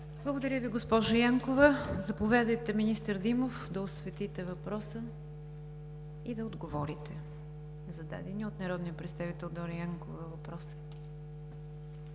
Благодаря Ви, госпожо Янкова. Заповядайте, министър Димов, да осветите въпроса и да отговорите на зададения от народния представител Дора Янкова въпрос.